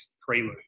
Prelude